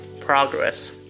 progress